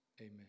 Amen